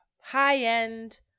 high-end